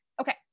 Okay